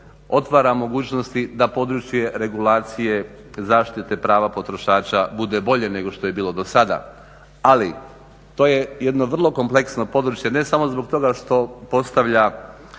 otvara mogućnosti da područje regulacije zaštite prava potrošača bude bolje nešto što je bilo do sada. Ali to je jedno vrlo kompleksno područje ne samo zbog toga što postavlja